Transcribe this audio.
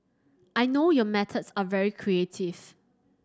I know your methods are very creative